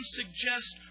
suggest